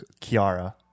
Kiara